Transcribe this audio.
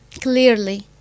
Clearly